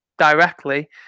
directly